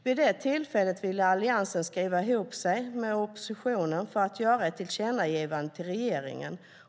Vid det tillfället ville Alliansen skriva ihop sig med oppositionen för att göra ett tillkännagivande till regeringen.